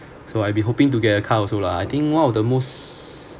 so I'll be hoping to get a car also lah I think one of the most